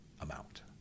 amount